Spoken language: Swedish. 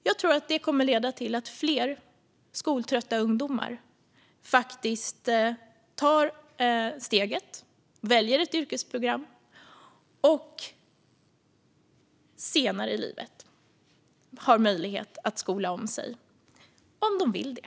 Jag tror att detta kommer att leda till att fler skoltrötta ungdomar faktiskt tar steget och väljer ett yrkesprogram för att de senare i livet har möjlighet att skola om sig om de vill det.